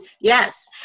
Yes